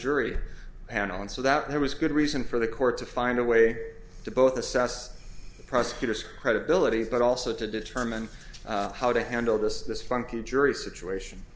jury panel and so that there was good reason for the court to find a way to both assess prosecutors credibility but also to determine how to handle this this funky jury situation